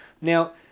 Now